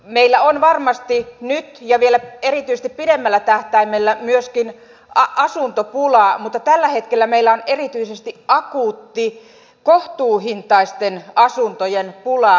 meillä on varmasti nyt ja vielä erityisesti pidemmällä tähtäimellä myöskin asuntopula mutta tällä hetkellä meillä on erityisesti akuutti kohtuuhintaisten asuntojen pula